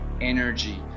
energy